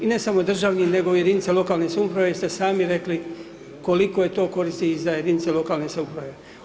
I ne samo državni, nego i jedinica lokalne samouprave jer ste sami rekli koliko je to koristi za jedinice lokalne samouprave.